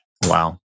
Wow